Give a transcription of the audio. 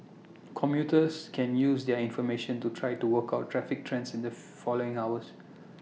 commuters can use their information to try to work out traffic trends in the following hours